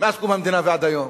מאז קום המדינה ועד היום.